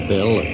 Bill